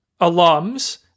alums